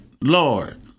Lord